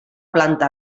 planta